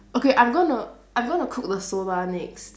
okay I'm gonna I'm gonna cook the soba next